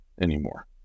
anymore